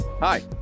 Hi